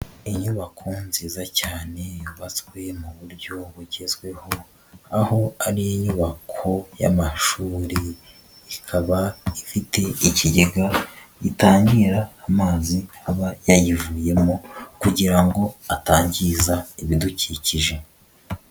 Inyubako nziza cyane yubatswe mu buryo bugezweho, aho ari inyubako y'amashuri ikaba ifite ikigega gitangira amazi aba yayivuyemo kugira ngo atangiza ibidukikije.